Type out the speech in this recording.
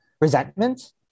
resentment